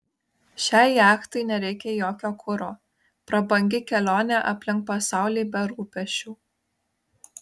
šiai jachtai nereikia jokio kuro prabangi kelionė aplink pasaulį be rūpesčių